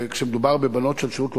כשמדובר בבנות של שירות לאומי,